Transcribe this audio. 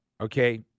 okay